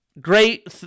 Great